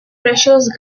pressures